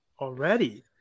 already